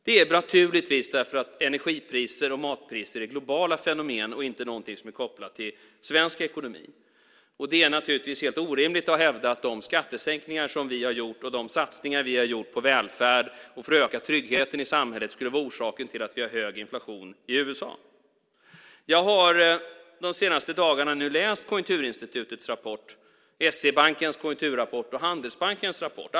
Det är naturligtvis därför att energipriser och matpriser är globala fenomen och inte någonting som är kopplat till svensk ekonomi. Det är naturligtvis helt orimligt att hävda att de skattesänkningar som vi har gjort och de satsningar vi har gjort på välfärd och för att öka tryggheten i samhället skulle vara orsaken till att vi har hög inflation i USA. Jag har de senaste dagarna läst Konjunkturinstitutets rapport, SE-bankens konjunkturrapport och Handelsbankens rapport.